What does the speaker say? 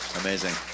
Amazing